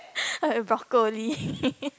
like brocolli